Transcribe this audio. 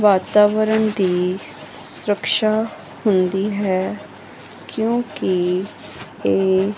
ਵਾਤਾਵਰਨ ਦੀ ਸੁਰੱਖਸ਼ਾ ਹੁੰਦੀ ਹੈ ਕਿਉਂਕਿ